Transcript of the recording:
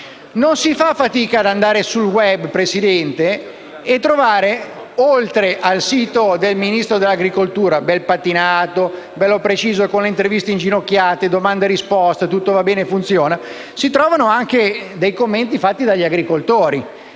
Non si fa fatica ad andare sul *web*, signora Presidente, a trovare, oltre al sito del Ministro dell'agricoltura, ben patinato e preciso, con interviste inginocchiate di domande e risposte in cui tutto va bene e funziona, anche dei commenti di agricoltori,